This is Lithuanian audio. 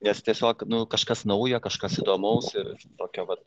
nes tiesiog nu kažkas naujo kažkas įdomaus ir tokio vat